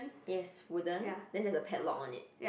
yes wooden then there's a padlock on it